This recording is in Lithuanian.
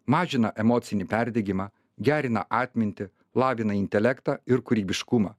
mažina emocinį perdegimą gerina atmintį lavina intelektą ir kūrybiškumą